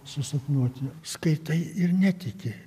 susapnuoti skaitai ir netiki